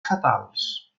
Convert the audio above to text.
fatals